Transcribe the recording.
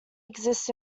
exists